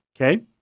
Okay